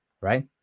right